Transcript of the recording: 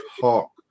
talk